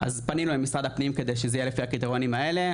אז פנינו למשרד הפנים כדי שזה יהיה לפי הקריטריונים האלה,